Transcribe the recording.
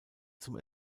zum